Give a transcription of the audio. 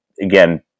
again